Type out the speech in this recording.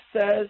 says